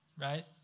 right